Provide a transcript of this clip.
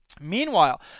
Meanwhile